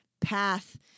path